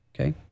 Okay